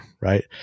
right